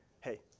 hey